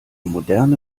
moderne